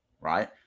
right